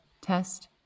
test